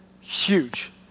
huge